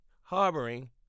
harboring